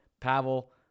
Pavel